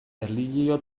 erlijio